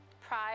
Pride